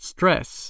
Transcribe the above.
Stress